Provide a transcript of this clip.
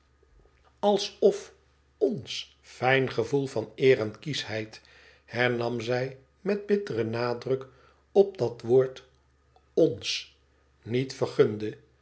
alsof ons fijn gevoel van eer en kieschheid hernam zij m bitteren nadruk op dat woord ons niet vergunde